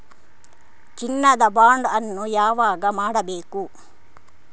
ಚಿನ್ನ ದ ಬಾಂಡ್ ಅನ್ನು ಯಾವಾಗ ಮಾಡಬೇಕು?